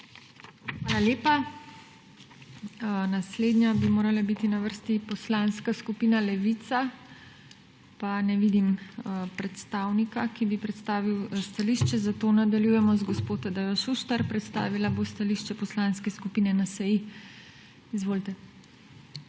Hvala lepa. Naslednja bi morala biti na vrsti Poslanska skupina Levica, pa ne vidim predstavnika, ki bi predstavil stališče. Zato nadaljujemo z gospo Tadejo Šuštar, predstavila bo stališče Poslanske skupine NSi. Izvolite.